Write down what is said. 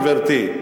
גברתי,